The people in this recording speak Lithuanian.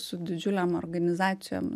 su didžiulėm organizacijom